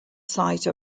site